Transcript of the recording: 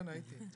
כן, הייתי.